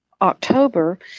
October